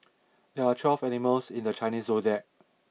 there are twelve animals in the Chinese zodiac